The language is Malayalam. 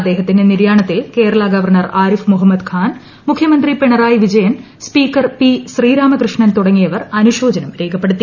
അദ്ദേഹത്തിന്റെ നിര്യാണത്തിൽ കേരള ഗവർണർ ആരിഫ് മുഹമ്മദ് ഖാൻ മുഖ്യമന്ത്രി പിണറായി വിജയൻ സ്പീക്കർ പി ശ്രീരാമകൃഷ്ണൻ തുടങ്ങിയവർ അനുശോചനം രേഖപ്പെടുത്തി